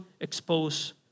expose